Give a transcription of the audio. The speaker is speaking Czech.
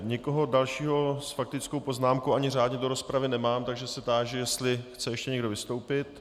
Nikoho dalšího s faktickou poznámkou ani řádně do rozpravy nemám, takže se táži, jestli chce ještě někdo vystoupit.